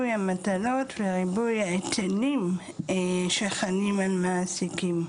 המטלות וה --- שחלים על מעסיקים.